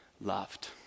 loved